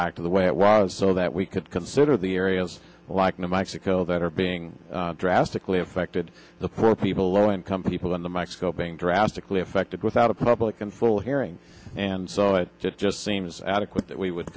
back to the way it was so that we could consider the areas like new mexico that are being drastically affected the poor people low income people in the mexico being drastically affected without a public and full hearing and so it just seems adequate that we would